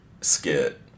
skit